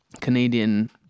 Canadian